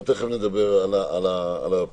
ותיכף נדבר על הפתרונות.